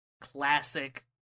classic